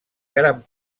gran